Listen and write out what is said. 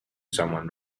someone